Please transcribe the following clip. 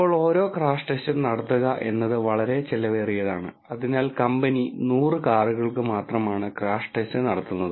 ഇപ്പോൾ ഓരോ ക്രാഷ് ടെസ്റ്റും നടത്തുക എന്നത് വളരെ ചെലവേറിയതാണ് അതിനാൽ കമ്പനി 100 കാറുകൾക്ക് മാത്രമാണ് ക്രാഷ് ടെസ്റ്റ് നടത്തുന്നത്